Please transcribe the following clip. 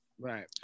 Right